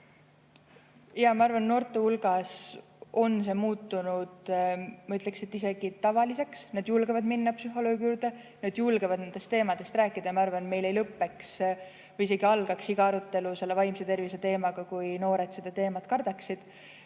Jaa, ma arvan, et noorte hulgas on see muutunud, ma ütleksin, isegi tavaliseks. Nad julgevad minna psühholoogi juurde, nad julgevad nendest teemadest rääkida. Ja ma arvan, et meil ei lõpeks või isegi ei algaks iga arutelu selle vaimse tervise teemaga, kui noored seda teemat kardaksid.